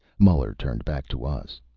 muller turned back to us.